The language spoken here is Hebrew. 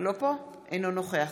אינו נוכח